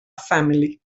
family